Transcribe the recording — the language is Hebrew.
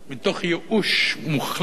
מתוך ייאוש מוחלט,